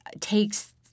takes